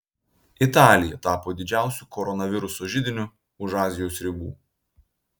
italija tapo didžiausiu koronaviruso židiniu už azijos ribų